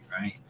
right